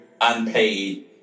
unpaid